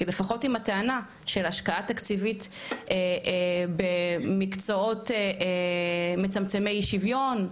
כי לפחות עם הטענה של השקעה תקציבית במקצועות מצמצמי שוויון,